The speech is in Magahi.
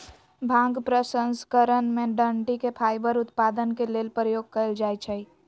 भांग प्रसंस्करण में डनटी के फाइबर उत्पादन के लेल प्रयोग कयल जाइ छइ